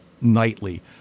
nightly